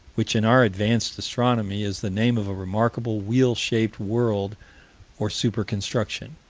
which, in our advanced astronomy, is the name of a remarkable wheel-shaped world or super-construction?